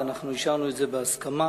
ואישרנו את זה בהסכמה.